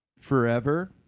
forever